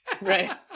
right